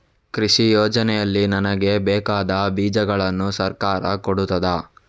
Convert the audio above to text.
ಕೃಷಿ ಯೋಜನೆಯಲ್ಲಿ ನನಗೆ ಬೇಕಾದ ಬೀಜಗಳನ್ನು ಸರಕಾರ ಕೊಡುತ್ತದಾ?